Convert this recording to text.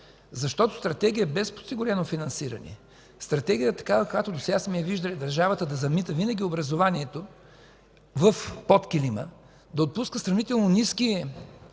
Защото със стратегия без подсигурено финансиране, стратегия, каквато досега сме виждали – държавата да замита винаги образованието под килима, да отпуска сравнително ниски